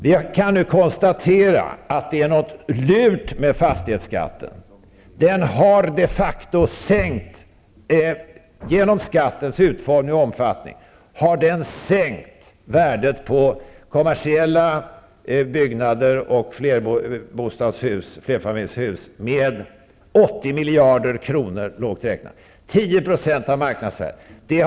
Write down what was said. Vi kan nu konstatera att det är någonting lurt med fastighetsskatten. Genom skattens utformning och omfattning har de facto värdet på kommersiella byggnader och flerfamiljshus sänkts med lågt räknat 80 miljarder kronor, dvs. 10 % av marknadsvärdet.